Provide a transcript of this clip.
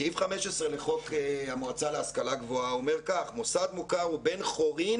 סעיף 15 לחוק המועצה להשכלה גבוהה אומר: "מוסד מוכר הוא בן חורין